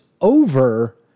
over